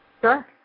Sure